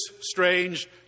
strange